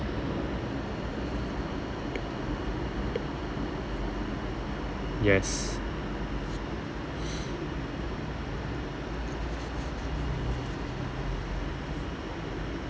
yes